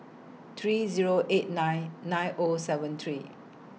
three Zero eight nine nine O seven three